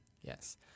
Yes